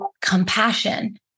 compassion